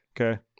Okay